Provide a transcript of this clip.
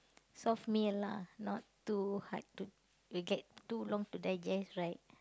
soft meal lah not too hard to will get too long to digest right